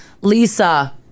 Lisa